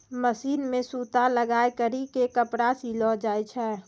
machine मे सूता लगाय करी के कपड़ा सिलो जाय छै